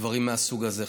דברים מהסוג הזה.